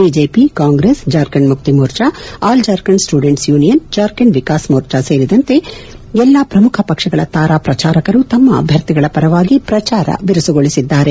BJP Congress Jharkhand Mukti Morcha All Jharkhand Students Union Jharkhand Vikas Morcha ಸೇರಿದಂತೆ ಎಲ್ಲಾ ಪ್ರಮುಖ ಪಕ್ಷಗಳ ತಾರಾ ಪ್ರಜಾರರು ತಮ್ನ ಅಭ್ಯರ್ಥಿಗಳ ಪರವಾಗಿ ಪ್ರಜಾರ ಬಿರುಸುಗೊಳಿಸಿದ್ದಾರೆ